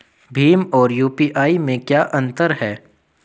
भीम और यू.पी.आई में क्या अंतर है?